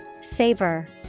Savor